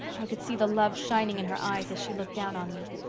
i could see the love shining in her eyes as she looked down on me.